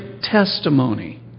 testimony